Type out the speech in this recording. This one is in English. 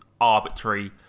arbitrary